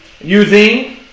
Using